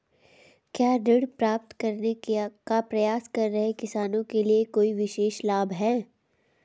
क्या ऋण प्राप्त करने का प्रयास कर रहे किसानों के लिए कोई विशेष लाभ हैं?